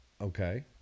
Okay